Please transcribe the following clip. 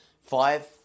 Five